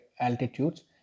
altitudes